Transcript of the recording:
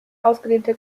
ausgedehnte